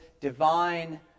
divine